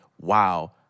wow